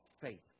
faith